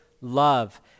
love